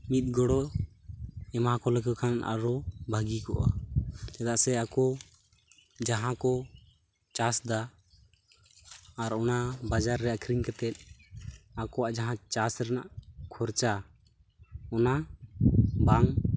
ᱢᱤᱫ ᱜᱚᱲᱚ ᱮᱢᱟᱠᱚ ᱞᱮᱠᱚ ᱠᱷᱟᱱ ᱟᱨᱚ ᱵᱷᱟᱹᱜᱤ ᱠᱚᱜᱼᱟ ᱪᱮᱫᱟᱜ ᱥᱮ ᱟᱠᱚ ᱡᱟᱦᱟᱸᱠᱚ ᱪᱟᱥ ᱮᱫᱟ ᱟᱨ ᱚᱱᱟ ᱵᱟᱡᱟᱨ ᱨᱮ ᱟᱹᱠᱷᱨᱤᱧ ᱠᱟᱛᱮᱫ ᱟᱠᱚᱣᱟᱜ ᱡᱟᱦᱟᱸ ᱪᱟᱥ ᱨᱮᱱᱟᱜ ᱠᱷᱚᱨᱪᱟ ᱚᱱᱟ ᱵᱟᱝ